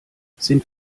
sind